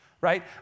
Right